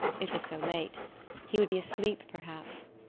it was so late he would be asleep perhaps.